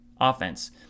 offense